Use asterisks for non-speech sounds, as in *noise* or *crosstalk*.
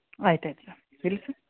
ಆಯ್ತು ಆಯ್ತು ಸರ್ *unintelligible*